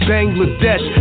Bangladesh